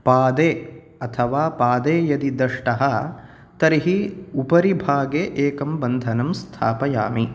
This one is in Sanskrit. पादे अथवा पादे यदि दष्टः तर्हि उपरि भागे एकं बन्धनं स्थापयामि